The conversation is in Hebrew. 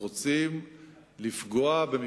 זה שקר וכזב.